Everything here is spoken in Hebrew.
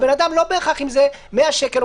זה לא בהכרח אם זה 100 שקל,